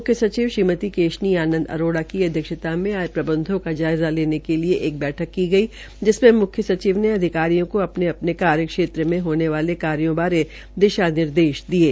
मुख्य सचिव श्रीमती केशनी आनंद आरोड़ा की अध्यक्षता में आज प्रबंधों का जायज़ा लेने केलिए एक बैठक भी की गई जिसमें मुख्य सचिव ने अधिकारियों को अपने अपने कार्य क्षेत्र में होने वाले कार्यो बारे दिशानिर्दश दिये